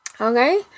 Okay